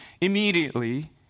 immediately